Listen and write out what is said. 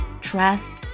trust